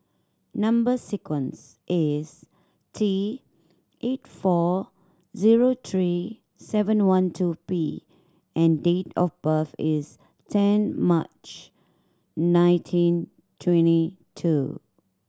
number sequence is T eight four zero three seven one two P and date of birth is ten March nineteen twenty two